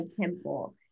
temple